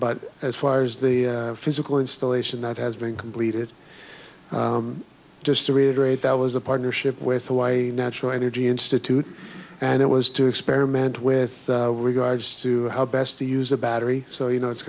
but as far as the physical installation that has been completed just to reiterate that was a partnership with the y natural energy institute and it was to experiment with regards to how best to use a battery so you know it's